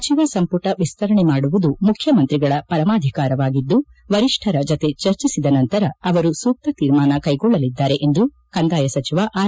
ಸಚಿವ ಸಂಪುಟ ವಿಸ್ತರಣೆ ಮಾಡುವುದು ಮುಖ್ಯಮಂತ್ರಿಗಳ ಪರಮಾಧಿಕಾರವಾಗಿದ್ದು ವರಿಷ್ಠರ ಜತೆ ಚರ್ಚಿಸಿದ ನಂತರ ಅವರು ಸೂಕ್ತ ತೀರ್ಮಾನ ಕೈಗೊಳ್ಳಲಿದ್ದಾರೆ ಎಂದು ಕಂದಾಯ ಸಚಿವ ಆರ್